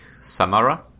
Samara